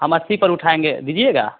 हम अस्सी पर उठाएँगे भेजिएगा